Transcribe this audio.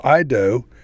Ido